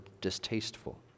distasteful